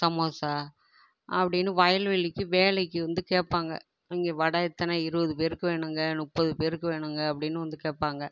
சமோசா அப்படின்னு வயல்வெளிக்கு வேலைக்கு வந்து கேட்பாங்க இங்கே வடை இத்தனை இருபது பேருக்கு வேணுங்க முப்பது பேருக்கு வேணுங்க அப்படின்னு வந்து கேட்பாங்க